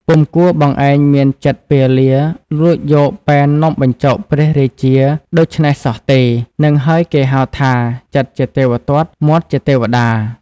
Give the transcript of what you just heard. ពុំគួរបងឯងមានចិត្តពាលាលួចយកប៉ែននំបញ្ចុកព្រះរាជាដូច្នេះសោះទេ! ហ្នឹងហើយគេហៅថា ចិត្តជាទេវទត្ត មាត់ជាទេវតា!"